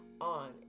on